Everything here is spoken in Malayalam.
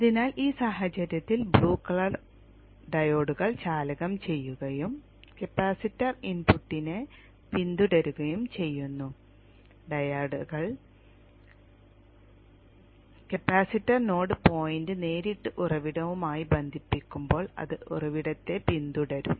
അതിനാൽ ഈ സാഹചര്യത്തിൽ ബ്ലൂ കളർ ഡയോഡുകൾ ചാലകം ചെയ്യുകയും കപ്പാസിറ്റർ ഇൻപുട്ടിനെ പിന്തുടരുകയും ചെയ്യുന്നു ഡയോഡുകൾ കപ്പാസിറ്റർ നോഡ് പോയിന്റ് നേരിട്ട് ഉറവിടവുമായി ബന്ധിപ്പിക്കുമ്പോൾ അത് ഉറവിടത്തെ പിന്തുടരും